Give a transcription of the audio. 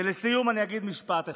ולסיום אני אגיד משפט אחד.